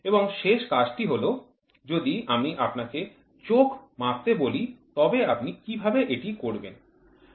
এবং শেষ কাজটি হল যদি আমি আপনাকে চোখ মাপতে বলি তবে আপনি কীভাবে এটি করবেন